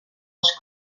els